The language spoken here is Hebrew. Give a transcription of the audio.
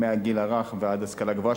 מהגיל הרך ועד להשכלה הגבוהה,